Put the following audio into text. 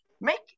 make